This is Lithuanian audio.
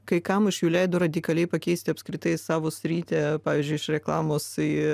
kai kam iš jų leido radikaliai pakeisti apskritai savo sritį pavyzdžiui iš reklamos į